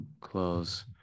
Close